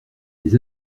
les